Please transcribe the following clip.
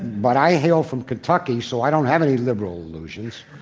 but i hail from kentucky, so i don't have any liberal illusions.